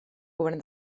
govern